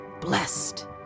blessed